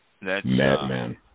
Madman